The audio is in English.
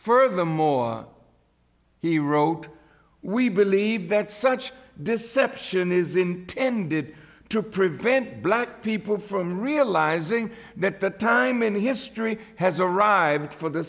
furthermore he wrote we believe that such deception is intended to prevent black people from realizing that the time in history has arrived for the